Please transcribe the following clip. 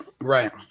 right